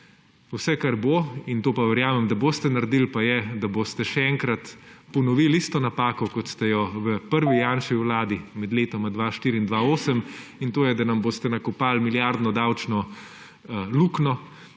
Vse kar bo, in to pa verjamem, da boste naredili, pa je, da boste še enkrat ponovili isto napako, kot ste jo v prvi Janševi vladi med letoma 2004 in 2008, in to je, da nam boste nakopali milijardno davčno luknjo,